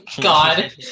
God